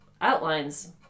outlines